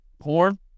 Porn